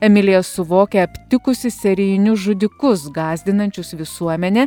emilija suvokia aptikusi serijinius žudikus gąsdinančius visuomenę